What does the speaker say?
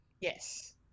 Yes